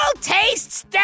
tastes